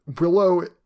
Willow